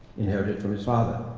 inherited from his father,